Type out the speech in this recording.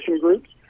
groups